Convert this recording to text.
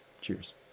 Cheers